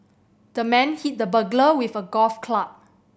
the man hit the burglar with a golf club